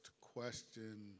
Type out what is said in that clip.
question